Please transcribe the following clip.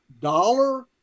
dollar